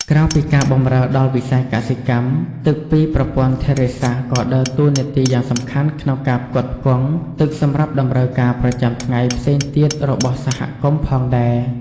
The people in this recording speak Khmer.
ក្រៅពីការបម្រើដល់វិស័យកសិកម្ម ទឹកពីប្រព័ន្ធធារាសាស្ត្រក៏ដើរតួនាទីយ៉ាងសំខាន់ក្នុងការផ្គត់ផ្គង់ទឹកសម្រាប់តម្រូវការប្រចាំថ្ងៃផ្សេងទៀតរបស់សហគមន៍ផងដែរ។